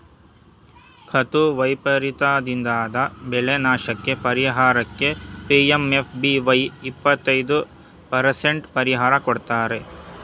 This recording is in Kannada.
ಋತು ವೈಪರೀತದಿಂದಾದ ಬೆಳೆನಾಶಕ್ಕೇ ಪರಿಹಾರಕ್ಕೆ ಪಿ.ಎಂ.ಎಫ್.ಬಿ.ವೈ ಇಪ್ಪತೈದು ಪರಸೆಂಟ್ ಪರಿಹಾರ ಕೊಡ್ತಾರೆ